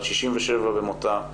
בת 67 במותה,